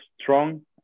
strong